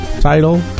title